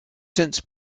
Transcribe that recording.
since